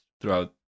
throughout